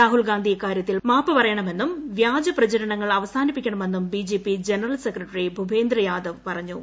രാഹുൽഗാന്ധി ഇക്കാരൃത്തിൽ മാപ്പ് പറയണമെന്നും വ്യാജ പ്രചരണങ്ങൾ അവസാനിപ്പിക്കണമെന്നും BJP general secretary Bhupendra Yadav പറഞ്ഞു